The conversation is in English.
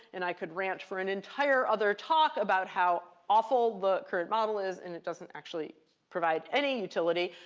and i could rant for an entire other talk about how awful the current model is and it doesn't actually provide any utility,